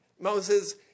Moses